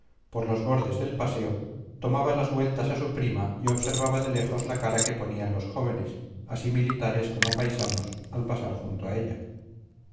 por los bordes del paseo tomaba las vueltas a su prima y observaba de lejos la cara que ponían los jóvenes así militares como paisanos al pasar junto a ella